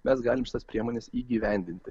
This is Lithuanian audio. mes galim šitas priemones įgyvendinti